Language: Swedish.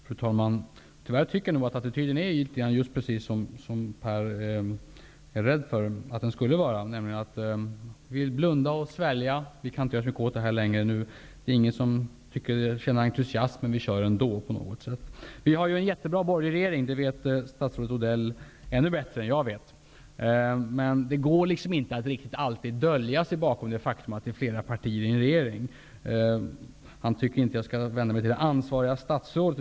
Fru talman! Tyvärr är nog attityden just den som Pär Granstedt befarar, nämligen att man blundar och sväljer och tycks säga: Vi kan inte göra så mycket åt det här längre. Ingen tycks känna entusiasm, men vi kör ändå. Vi har en jättebra borgerlig regering, och det vet statsrådet Odell ännu bättre än jag. Men det går inte riktigt att alltid dölja sig bakom det faktum att flera partier ingår i regeringen. Mats Odell tycker inte att jag skall vända mig till det ansvariga statsrådet.